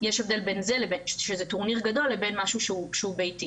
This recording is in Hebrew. יש הבדל בין זה שזה טורניר גדול לבין משהו שהוא ביתי.